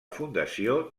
fundació